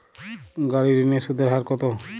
গাড়ির ঋণের সুদের হার কতো?